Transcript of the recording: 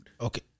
Okay